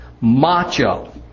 macho